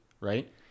right